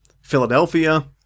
Philadelphia